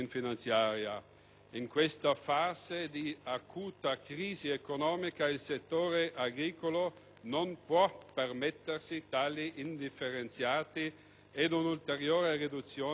In questa fase di acuta crisi economica il settore agricolo non può permettersi tagli indifferenziati e un'ulteriore riduzione di risorse.